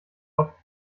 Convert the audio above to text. oft